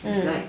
you like